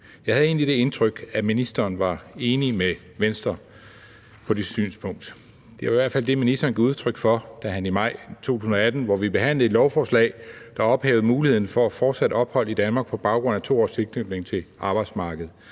Jeg havde egentlig det indtryk, at ministeren var enig med Venstre i det synspunkt. Det var i hvert fald det, ministeren gav udtryk for i maj 2018, hvor vi behandlede et lovforslag, der ophævede muligheden for fortsat ophold i Danmark på baggrund af 2 års tilknytning til arbejdsmarkedet;